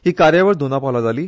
ही कार्यावळ दोना पावला जाली